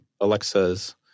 Alexa's